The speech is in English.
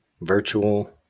virtual